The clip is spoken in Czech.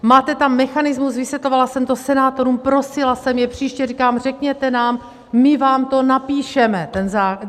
Máte tam mechanismus, vysvětlovala jsem to senátorům, prosila jsem je, příště říkám, řekněte nám, my vám to napíšeme, ten zákon.